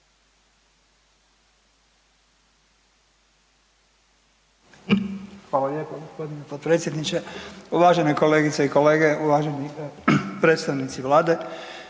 Hvala lijepo g. potpredsjedniče, uvažene kolegice i kolege, uvaženi predstavnici vlade.